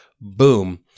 boom